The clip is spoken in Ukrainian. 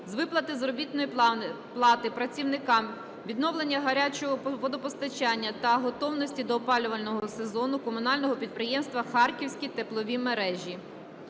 з виплати заробітної плати працівникам, відновлення гарячого водопостачання та готовності до опалювального сезону Комунального підприємства "Харківські теплові мережі".